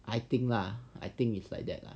I think lah I think it's like that lah